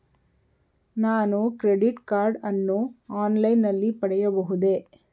ನಾನು credit card ಅನ್ನು online ನಲ್ಲಿ ಪಡೆಯಬಹುದೇ?